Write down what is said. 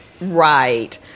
Right